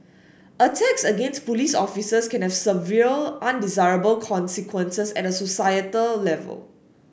attacks against police officers can have several undesirable consequences at a societal level